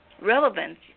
relevance